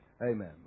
Amen